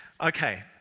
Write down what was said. Okay